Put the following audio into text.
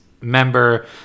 member